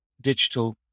digital